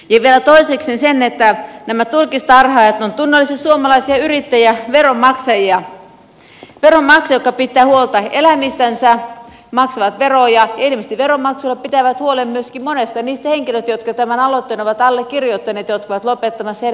vielä toiseksi se että nämä turkistarhaajat ovat tunnollisia suomalaisia yrittäjiä veronmaksajia veronmaksajia jotka pitävät huolta eläimistänsä maksavat veroja ja ilmeisesti veronmaksulla pitävät huolen myöskin monista niistä henkilöistä jotka tämän aloitteen ovat allekirjoittaneet jotka ovat lopettamassa heidän työpaikkaansa